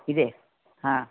ಇದೆ ಹಾಂ